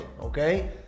okay